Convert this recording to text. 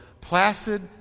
placid